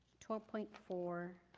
twelve point four.